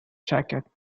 jacket